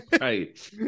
right